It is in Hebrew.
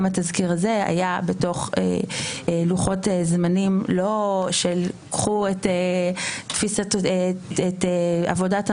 גם התזכיר הזה היה בתוך לוחות זמנים לא של קחו את עבודת המטה,